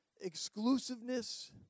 exclusiveness